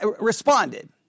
responded